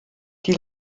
die